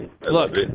Look